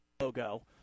logo